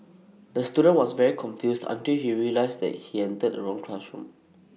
the student was very confused until he realised he entered wrong classroom